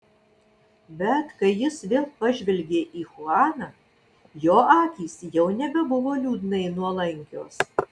bet kai jis vėl pažvelgė į chuaną jo akys jau nebebuvo liūdnai nuolankios